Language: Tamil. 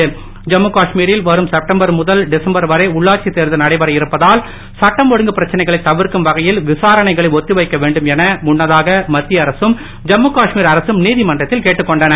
ஐம்மு காஷ்மீரில் வரும் செப்டம்பர் முதல் டிசம்பர் வரை உள்ளாட்சித் தேர்தல் நடைபெற இருப்பதால் சட்டம் ஒழுங்கு பிரச்னைகளை தவிர்க்கும் வகையில் விசாரணைகளை ஒத்திவைக்க வேண்டும் என முன்னதாக மத்திய அரசும் ஜம்மு காஷ்மீர் அரசும் நீதிமன்றத்தில் கேட்டுக் கொண்டன